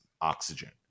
oxygen